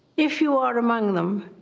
if you are among them,